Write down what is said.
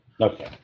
okay